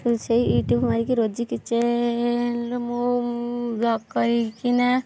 ସେଇ ୟୁଟୁବ ମାରିକି ରୋଜି କିଚେନରୁ ମୁଁ ବ୍ଲଗ କରିକିନା